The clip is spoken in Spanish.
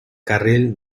carril